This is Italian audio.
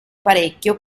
parecchio